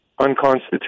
unconstitutional